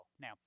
Now